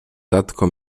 tatko